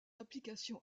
application